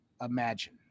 imagine